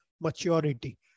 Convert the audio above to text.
maturity